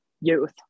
youth